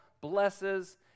blesses